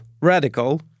radical